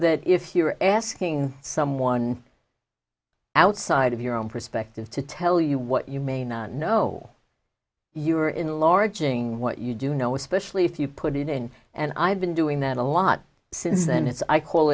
that if you're asking someone outside of your own perspectives to tell you what you may not know you are enlarging what you do know especially if you put it in and i've been doing that a lot since then it's i call